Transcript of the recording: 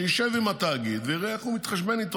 שישב עם התאגיד ויראה איך הוא מתחשבן איתו